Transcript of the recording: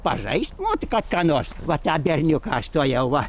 pažaist mokat ką nors va tą berniuką aš tuojau va